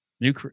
New